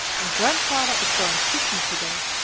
and grandfather is going fishing to-day.